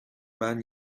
man